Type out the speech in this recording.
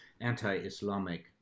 anti-Islamic